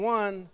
one